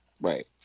Right